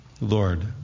Lord